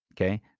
okay